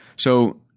so,